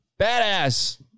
badass